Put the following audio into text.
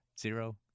zero